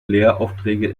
lehraufträge